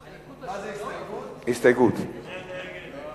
ההסתייגות של קבוצת סיעת חד"ש